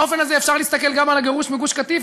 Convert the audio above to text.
באופן הזה אפשר להסתכל גם על הגירוש מגוש-קטיף,